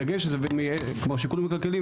שיקולים כלכליים,